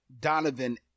Donovan